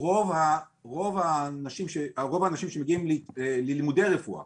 רוב האנשים שמגיעים ללימודי רפואה